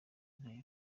ntera